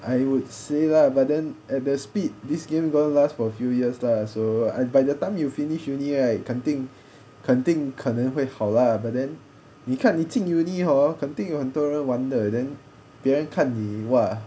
I would say lah but then at the speed this game will last for a few years lah so I by the time you finish uni right 肯定肯定可能会好 lah but then 你看你进 uni hor 肯定有很多人玩的 then 别人看你 !wah!